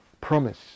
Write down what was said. promise